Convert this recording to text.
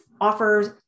offers